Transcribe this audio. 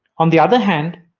on the other hand,